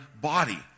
body